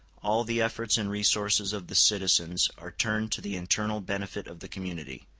all the efforts and resources of the citizens are turned to the internal benefit of the community,